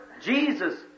Jesus